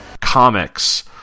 comics